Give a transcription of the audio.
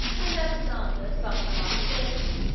and alexander, some time after this,